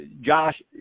Josh